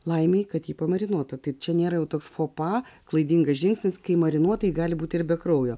laimei kad jį pamarinuota tai čia nėra toks fopa klaidingas žingsnis kai marinuota tai ji gali būti ir be kraujo